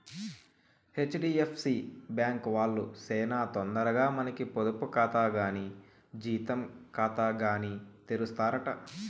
HDFC bank వాల్లు సేనా తొందరగా మనకి పొదుపు కాతా కానీ జీతం కాతాగాని తెరుస్తారట